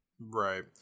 Right